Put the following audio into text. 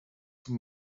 zum